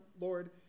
Lord